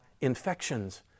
infections